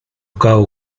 cao